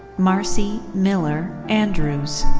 marcie miller andrews.